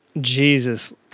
Jesus